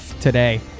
today